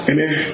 Amen